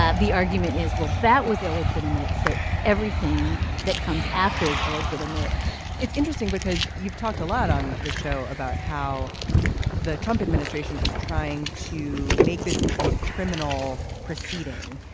ah the argument is well that was illegitimate. so everything that comes after is illegitimate it's interesting because you've talked a lot on the show about how the trump administration is trying to make this into a criminal proceeding.